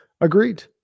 agreed